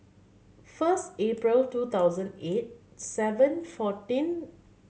first April two thousand eight seven fourteen